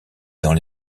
dans